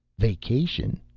vacation?